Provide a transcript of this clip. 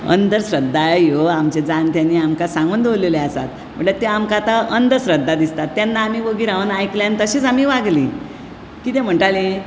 अंधश्रद्धा ह्यो आमच्या जाणट्यानीं आमकां सांगून दवरलेल्यो आसा म्हटल्यार आमकां त्यो आतां अंधश्रद्धा दिसता तेन्ना आमी वोगी रावून आयकलें आनी तशींच आमी वागली कितें म्हटालीं